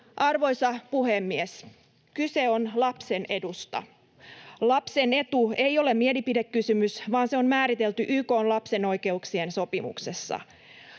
Arvoisa puhemies! Kyse on lapsen edusta. Lapsen etu ei ole mielipidekysymys, vaan se on määritelty YK:n lapsen oikeuksien sopimuksessa.